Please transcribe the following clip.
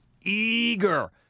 eager